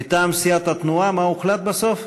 מטעם סיעת התנועה, מה הוחלט בסוף?